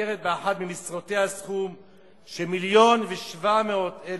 המשתכרת באחת ממשרותיה סכום של מיליון ו-700,000